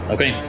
Okay